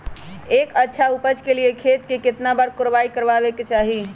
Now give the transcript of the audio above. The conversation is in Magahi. एक अच्छा उपज के लिए खेत के केतना बार कओराई करबआबे के चाहि?